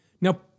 Now